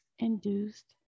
induced